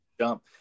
jump